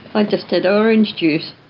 i just had orange juice.